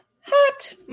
hot